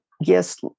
yes